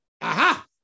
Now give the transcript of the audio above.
Aha